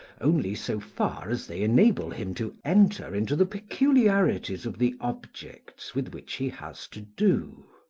only so far as they enable him to enter into the peculiarities of the objects with which he has to do.